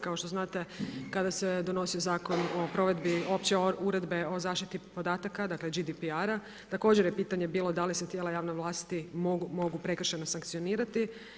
Kao što znate, kada se donosio Zakon o provedbe opće uredbe o zaštiti podataka, dakle GDPR-a, također je pitanje bilo da li se tijela javne vlasti mogu prekršajno sankcionirati.